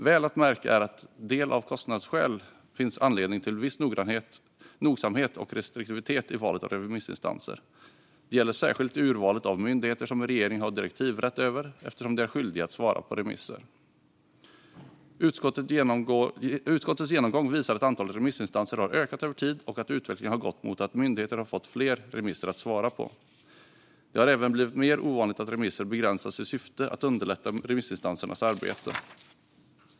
Väl att märka är att det av kostnadsskäl finns anledning till viss nogsamhet och restriktivitet i valet av remissinstanser. Det gäller särskilt i urvalet av myndigheter som regeringen har direktivrätt över, eftersom de är skyldiga att svara på remisser. Utskottets genomgång visar att antalet remissinstanser har ökat över tid och att utvecklingen har gått mot att myndigheter har fått fler remisser att svara på. Det har även blivit mer ovanligt att remisser begränsas i syfte att underlätta remissinstansernas arbete.